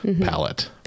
palette